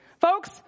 Folks